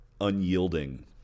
unyielding